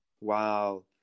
wow